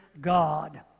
God